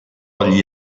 agli